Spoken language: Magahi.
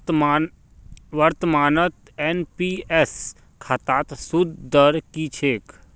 वर्तमानत एन.पी.एस खातात सूद दर की छेक